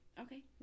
Okay